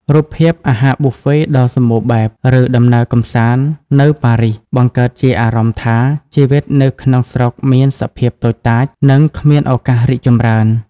រូបភាពអាហារប៊ូហ្វេដ៏សំបូរបែប ឬដំណើរកម្សាន្តនៅប៉ារីស បង្កើតជាអារម្មណ៍ថា ជីវិតនៅក្នុងស្រុកមានសភាពតូចតាច និងគ្មានឱកាសរីកចម្រើន។